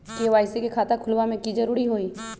KYC के खाता खुलवा में की जरूरी होई?